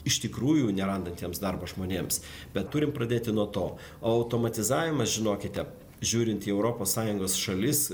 iš tikrųjų nerandantiems darbo žmonėms bet turim pradėti nuo to automatizavimas žinokite žiūrint į europos sąjungos šalis